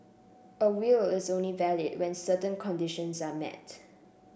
a will is only valid when certain conditions are met